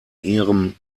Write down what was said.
ihrem